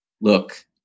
look